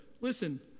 Listen